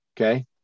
okay